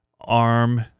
arm